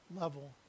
level